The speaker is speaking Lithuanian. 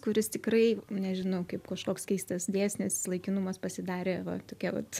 kuris tikrai nežinau kaip kažkoks keistas dėsnis laikinumas pasidarė va tokia vat